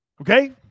Okay